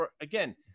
again